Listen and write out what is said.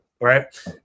right